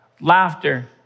laughter